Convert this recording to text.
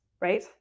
right